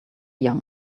young